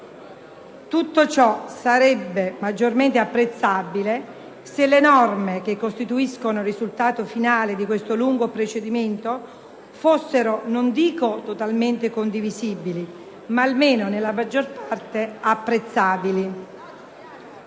tutto ciò sarebbe maggiormente apprezzabile se le norme che costituiscono il risultato finale di questo lungo procedimento fossero, non dico totalmente condivisibili, ma almeno nella maggior parte apprezzabili.